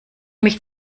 mich